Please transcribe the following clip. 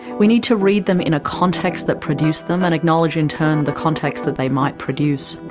we need to read them in a context that produced them and acknowledge in turn the context that they might produce.